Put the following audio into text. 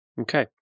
Okay